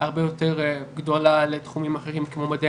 הרבה יותר גדולה לתחומים אחרים כמו מדעי